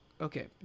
Okay